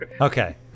Okay